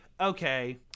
okay